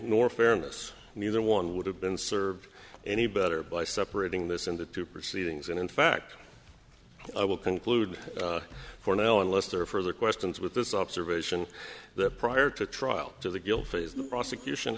nor fairness neither one would have been served any better by separating this into two proceedings and in fact i will conclude cornell unless there are further questions with this observation that prior to trial to the guilt phase the prosecution